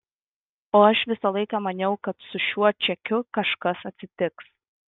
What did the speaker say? o aš visą laiką maniau kad su šiuo čekiu kažkas atsitiks